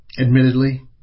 admittedly